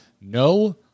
no